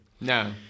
No